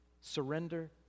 Surrender